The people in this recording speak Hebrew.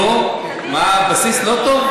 נו, מה, הבסיס לא טוב?